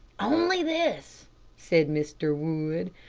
only this, said mr. wood.